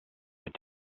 went